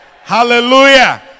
Hallelujah